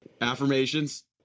Affirmations